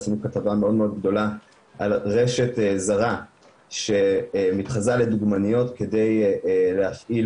עשו כתבה מאוד גדולה על רשת זרה שמתחזה לדוגמניות כדי להפעיל